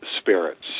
spirits